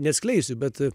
neatskleisiu bet